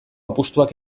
apustuak